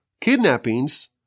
kidnappings